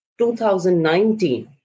2019